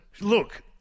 Look